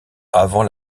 avant